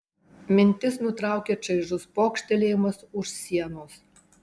mintis nutraukė čaižus pokštelėjimas už sienos